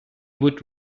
would